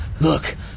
Look